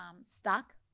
stuck